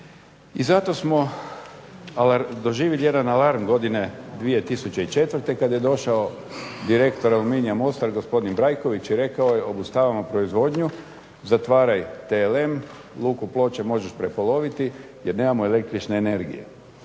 I zato smo doživjeli jedan alarm godine 2004. kad je došao direktor Aluminija Mostar gospodin Brajković i rekao je "Obustavljamo proizvodnju, zatvaraj TLM, Luku Ploče možeš prepoloviti jer nemamo električne energije."